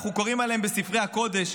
אנחנו קוראים עליהם בספרי הקודש.